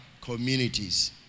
communities